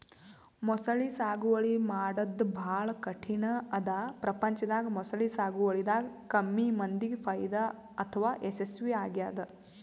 ಮೊಸಳಿ ಸಾಗುವಳಿ ಮಾಡದ್ದ್ ಭಾಳ್ ಕಠಿಣ್ ಅದಾ ಪ್ರಪಂಚದಾಗ ಮೊಸಳಿ ಸಾಗುವಳಿದಾಗ ಕಮ್ಮಿ ಮಂದಿಗ್ ಫೈದಾ ಅಥವಾ ಯಶಸ್ವಿ ಆಗ್ಯದ್